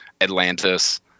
Atlantis